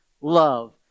love